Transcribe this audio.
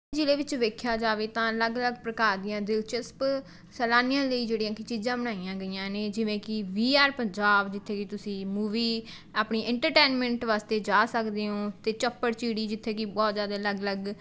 ਜ਼ਿਲ੍ਹੇ ਵਿੱਚ ਵੇਖਿਆ ਜਾਵੇ ਤਾਂ ਅਲੱਗ ਅਲੱਗ ਪ੍ਰਕਾਰ ਦੀਆਂ ਦਿਲਚਸਪ ਸੈਲਾਨੀਆਂ ਲਈ ਜਿਹੜੀਆਂ ਕਿ ਚੀਜ਼ਾਂ ਬਣਾਈਆਂ ਗਈਆਂ ਨੇ ਜਿਵੇਂ ਕਿ ਵੀ ਆਰ ਪੰਜਾਬ ਜਿੱਥੇ ਕਿ ਤੁਸੀਂ ਮੂਵੀ ਆਪਣੀ ਇੰਟਰਟੈਨਮੈਂਟ ਵਾਸਤੇ ਜਾ ਸਕਦੇ ਹੋ ਅਤੇ ਚੱਪੜਚਿੜੀ ਜਿੱਥੇ ਕਿ ਬਹੁਤ ਜ਼ਿਆਦਾ ਅਲੱਗ ਅਲੱਗ